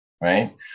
right